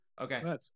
Okay